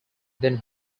than